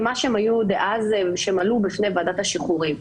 למה שהיה אז כשעניינם עלה בפני ועדת השחרורים.